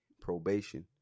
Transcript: probation